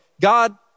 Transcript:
God